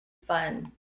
fun